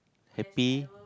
happy